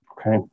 Okay